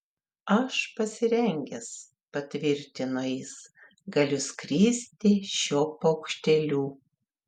aš pasirengęs patvirtino jis galiu skristi šiuo paukšteliu